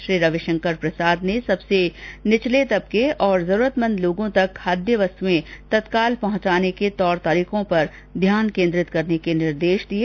श्री रविशंकर प्रसाद ने सबसे निचले तबके और जरूरतमंद लोगों तक खाद्य वस्तुए तत्काल पहुंचाने के तौर तरीकों पर ध्यान केंद्रित करने के निर्देश दिए